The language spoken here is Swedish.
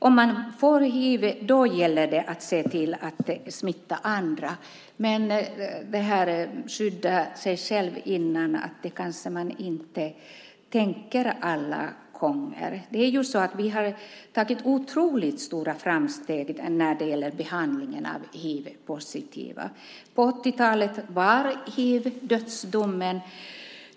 Om man får hiv gäller det att se till att inte smitta andra, men man kanske inte tänker på att skydda sig själv alla gånger. Vi har gjort otroligt stora framsteg när det gäller behandlingen av hivpositiva. På 80-talet var hiv dödsdomen.